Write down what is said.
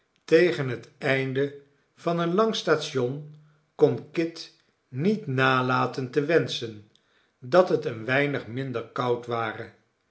tegen het einde van een lang station kon kit niet nalaten te wenschen dat het een weinig minder koud ware